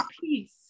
peace